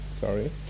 Sorry